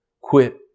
Quit